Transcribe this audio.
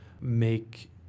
make